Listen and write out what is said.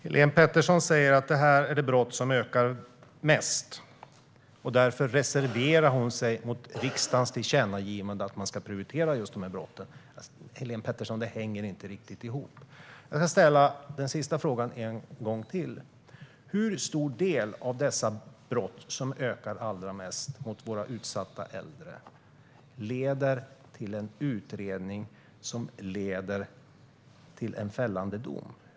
Herr talman! Helene Petersson säger att detta är den brottstyp som ökar mest, och därför reserverar hon sig mot riksdagens tillkännagivande om att just dessa brott ska prioriteras. Det hänger inte riktigt ihop. Jag ska ställa min sista fråga en gång till: Hur stor del av dessa brott - som ökar allra mest - mot våra utsatta äldre leder till en utredning som i sin tur leder till en fällande dom?